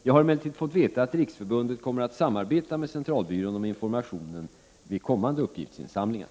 Jag har emellertid fått veta att Riksförbundet kommer att samarbeta med SCB om informationen vid kommande uppgiftsinsamlingar.